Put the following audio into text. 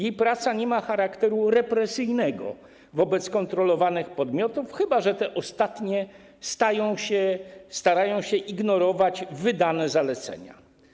Jej praca nie ma charakteru represyjnego wobec kontrolowanych podmiotów, chyba że te ostatnie starają się ignorować wydane zalecenia.